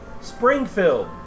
Springfield